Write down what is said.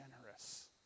generous